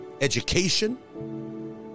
education